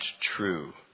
true